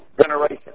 generation